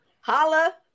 Holla